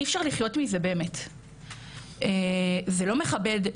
אי אפשר לחיות מזה באמת, זה לא מכבד,